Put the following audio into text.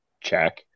Check